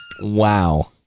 wow